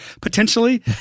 potentially